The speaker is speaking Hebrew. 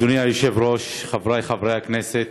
אדוני היושב-ראש, חברי חברי הכנסת,